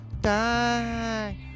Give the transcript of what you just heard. die